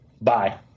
Bye